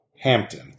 Hampton